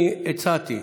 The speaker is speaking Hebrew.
אני הצעתי: